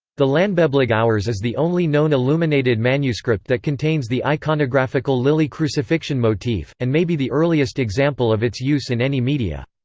the llanbeblig hours is the only known illuminated manuscript that contains the iconographical lily crucifixion motif, and may be the earliest example of its use in any media.